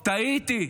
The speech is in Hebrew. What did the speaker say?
טעיתי,